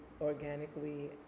organically